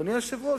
אדוני היושב-ראש,